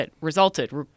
resulted